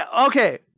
okay